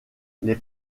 les